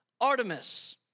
Artemis